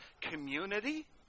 community